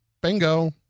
bingo